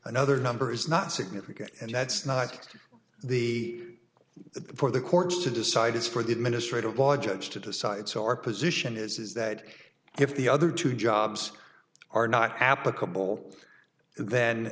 another number is not significant and that's not just the for the courts to decide is for the administrative law judge to decide so our position is that if the other two jobs are not applicable then